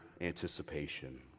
anticipation